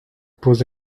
pose